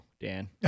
Dan